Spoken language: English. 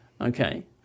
okay